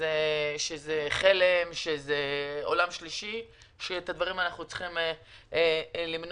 שזה חלם ועולם שלישי ואת הדברים האלה אנחנו צריכים למנוע.